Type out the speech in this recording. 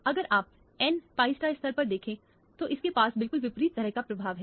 अगर आप n pi स्तर पर देखें तो इसके पास बिलकुल विपरीत तरह का प्रभाव है